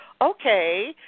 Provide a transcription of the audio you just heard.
okay